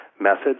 methods